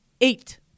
Eight